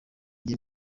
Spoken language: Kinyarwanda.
njye